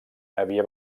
havia